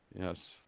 Yes